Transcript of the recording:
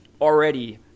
already